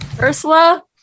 Ursula